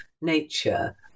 nature